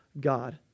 God